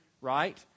right